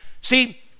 See